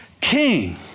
king